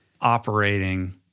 operating